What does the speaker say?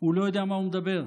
לא יודע מה הוא מדבר.